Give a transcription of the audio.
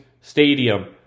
Stadium